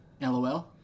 LOL